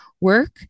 work